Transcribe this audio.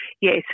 yes